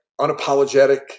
unapologetic